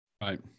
Right